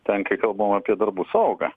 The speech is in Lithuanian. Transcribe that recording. ten kai kalbam apie darbų saugą